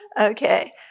Okay